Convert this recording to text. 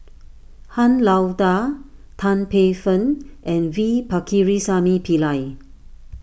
Han Lao Da Tan Paey Fern and V Pakirisamy Pillai